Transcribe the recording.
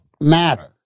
matter